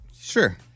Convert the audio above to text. Sure